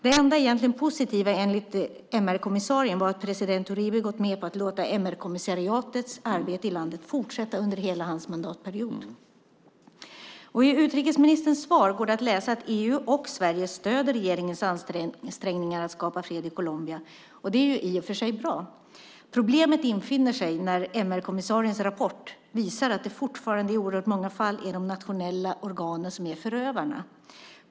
Det enda som egentligen var positivt, enligt MR-kommissarien, var att president Uribe gått med på att låta MR-kommissariatets arbete i landet fortsätta under hela hans mandatperiod. I utrikesministerns svar går det att läsa att EU och Sverige stöder regeringens ansträngningar för att skapa fred i Colombia. Det är i och för sig bra. Problemet infinner sig när MR-kommissariens rapport visar att det fortfarande i oerhört många fall är de nationella organen som är förövare.